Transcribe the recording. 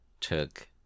took